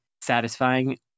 satisfying